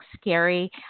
scary